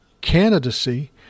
candidacy